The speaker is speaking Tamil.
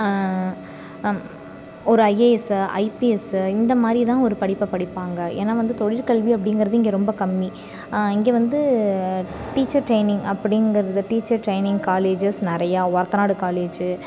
அம் ஒரு ஐஏஎஸ்ஸு ஐபிஎஸ்ஸு இந்த மாதிரி தான் ஒரு படிப்பை படிப்பாங்க ஏன்னா வந்து தொழிற்கல்வி அப்படிங்கிறது இங்கே ரொம்ப கம்மி இங்கே வந்து டீச்சர் ட்ரைனிங் அப்படிங்கிறது டீச்சர் ட்ரைனிங் காலேஜஸ் நிறையா ஒரத்தநாடு காலேஜி